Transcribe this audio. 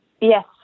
yes